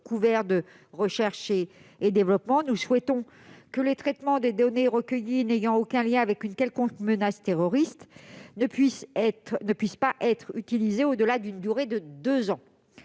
des fins de recherche et développement. Nous souhaitons que les données n'ayant aucun lien avec une quelconque menace terroriste ne puissent pas être utilisées au-delà d'une durée de deux ans.